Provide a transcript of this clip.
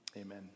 Amen